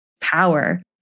power